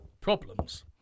Problems